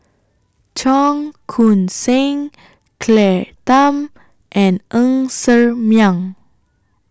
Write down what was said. Cheong Koon Seng Claire Tham and Ng Ser Miang